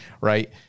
right